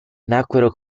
nacquero